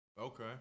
Okay